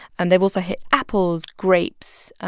and they've also hit apples, grapes,